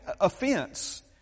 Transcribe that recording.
offense